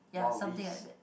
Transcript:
wild beasts